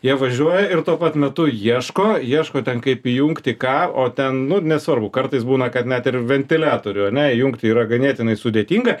jie važiuoja ir tuo pat metu ieško ieško ten kaip įjungti ką o ten nu nesvarbu kartais būna kad net ir ventiliatorių ane įjungti yra ganėtinai sudėtinga